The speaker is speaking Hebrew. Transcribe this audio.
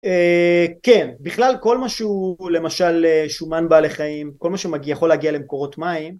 כן, בכלל כל משהו, למשל שומן בעלי חיים, כל מה שיכול להגיע למקורות מים